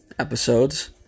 Episodes